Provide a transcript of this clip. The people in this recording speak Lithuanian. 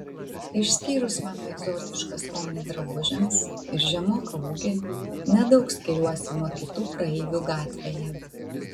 išskyrus mano egzotišką skonį drabužiams ir žemoką ūgį nedaug skiriuosi nuo kitų praeivių gatvėje